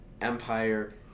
Empire